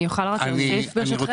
אני אוכל רק להוסיף ברשותכם?